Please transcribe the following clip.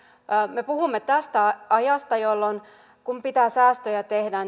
me puhumme tästä ajasta jolloin kun pitää säästöjä tehdä